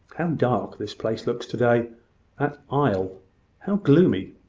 how dark this place looks to-day that aisle how gloomy!